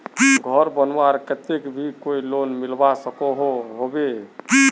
घोर बनवार केते भी कोई लोन मिलवा सकोहो होबे?